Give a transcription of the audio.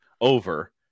over